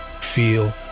feel